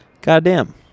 Goddamn